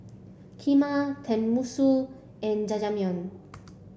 Kheema Tenmusu and Jajangmyeon